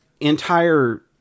entire